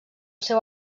seu